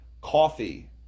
Coffee